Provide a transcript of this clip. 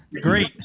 Great